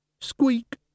Squeak